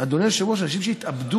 אדוני היושב-ראש, יש אנשים שהתאבדו